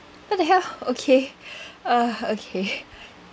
ya okay uh okay